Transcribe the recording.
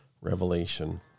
Revelation